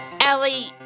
Ellie